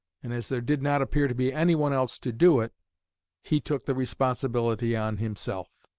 and as there did not appear to be anyone else to do it he took the responsibility on himself.